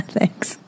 Thanks